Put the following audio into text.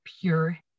pure